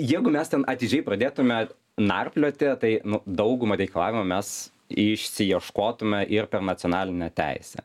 jeigu mes ten atidžiai pradėtume narplioti tai nu daugumą reikalavimų mes išsiieškotume ir per nacionalinę teisę